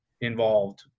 involved